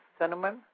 Cinnamon